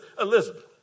Elizabeth